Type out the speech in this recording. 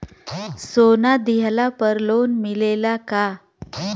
सोना दिहला पर लोन मिलेला का?